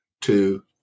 two